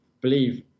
believe